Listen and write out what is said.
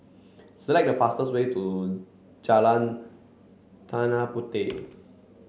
select the fastest way to Jalan Tanah Puteh